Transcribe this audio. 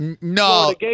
No